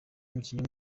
umukinnyi